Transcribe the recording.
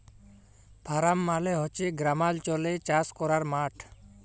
farm মালে হছে গেরামালচলে চাষ ক্যরার মাঠ